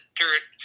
dirt